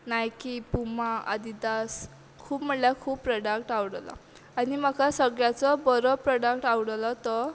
Nike Puma Adidas खूब म्हळ्ळ्या खूब प्रोडक्ट आवडला आनी म्हाका सगळ्याचो बरो प्रोडक्ट आवडलो तो